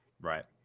Right